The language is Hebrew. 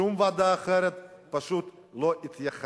שום ועדה אחרת לא התייחסה.